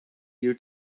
you